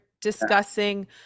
discussing